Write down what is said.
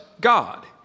God